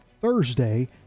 Thursday